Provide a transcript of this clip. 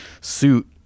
suit